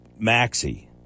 Maxi